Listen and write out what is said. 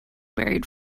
buried